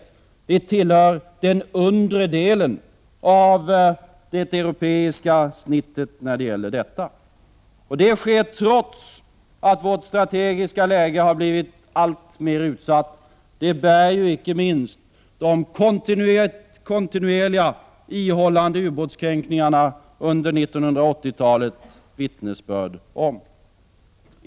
Vi i Sverige tillhör den undre delen av det europeiska snittet när det gäller detta. Det sker trots att vårt strategiska läge har blivit alltmer utsatt. Det bär inte minst de kontinuerliga och ihållande ubåtskränkningarna under 1980-talet vittnesbörd om.